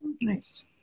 Nice